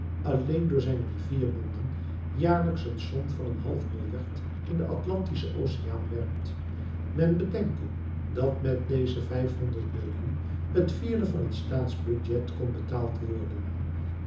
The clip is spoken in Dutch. alleen door zijn riviermonden jaarlijks een som van een half milliard in den atlantischen oceaan werpt men bedenke dat met deze vijfhonderd millioen het vierde van het staatsbudget kon betaald worden